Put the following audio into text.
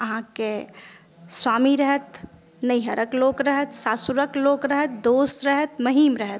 अहाँके स्वामी रहैत नैहरक लोक रहैत सासुरक लोक रहैत दोस्त रहैत महीम रहैत